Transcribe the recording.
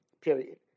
Period